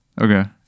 Okay